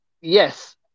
yes